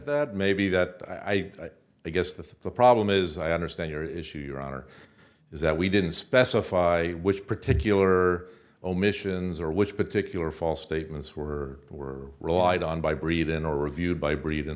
that maybe that i guess the problem is that i understand your issue your honor is that we didn't specify which particular omissions or which particular false statements were were relied on by breathing or reviewed by breathing